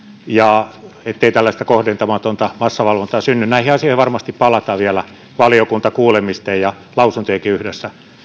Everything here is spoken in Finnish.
ja ettei tällaista kohdentamatonta massavalvontaa synny näihin asioihin varmasti palataan vielä valiokuntakuulemisten ja lausuntojenkin yhteydessä useampaan